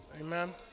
Amen